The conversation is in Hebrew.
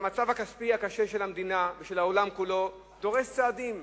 המצב הכספי הקשה של המדינה ושל העולם כולו דורש צעדים.